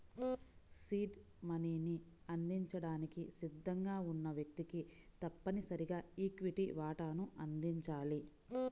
seed మనీని అందించడానికి సిద్ధంగా ఉన్న వ్యక్తికి తప్పనిసరిగా ఈక్విటీ వాటాను అందించాలి